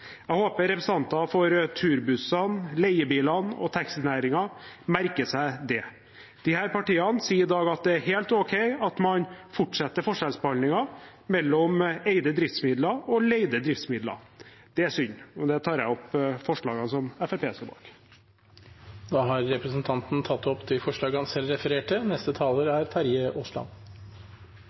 Jeg håper representanter for turbussene, leiebilene og taxinæringen merker seg det. Disse partiene sier i dag at det er helt ok at man fortsetter forskjellsbehandlingen av eide driftsmidler og leide driftsmidler. Det er synd. Med det tar jeg opp forslaget som Fremskrittspartiet står bak. Representanten Sivert Bjørnstad har tatt opp det forslaget han refererte til. Det er ingen tvil om at den generelle kompensasjonsordningen som er